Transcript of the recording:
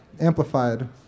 amplified